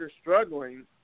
struggling